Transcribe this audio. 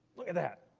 look at that,